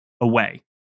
away